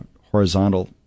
horizontal